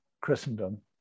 christendom